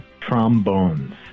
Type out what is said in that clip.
trombones